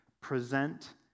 present